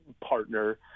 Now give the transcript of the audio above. partner